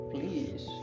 Please